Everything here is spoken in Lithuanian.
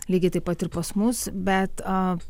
lygiai taip pat ir pas mus bet a